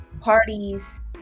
parties